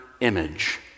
image